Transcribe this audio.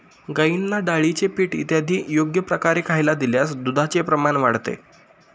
गाईंना डाळीचे पीठ इत्यादी योग्य प्रकारे खायला दिल्यास दुधाचे प्रमाण वाढते